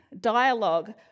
dialogue